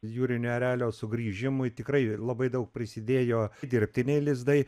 jūrinio erelio sugrįžimui tikrai labai daug prisidėjo dirbtiniai lizdai